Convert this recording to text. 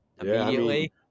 Immediately